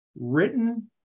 written